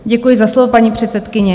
Děkuji za slovo, paní předsedkyně.